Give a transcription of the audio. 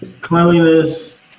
Cleanliness